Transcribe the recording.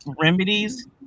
remedies